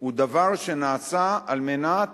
הוא דבר שנעשה על מנת